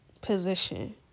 position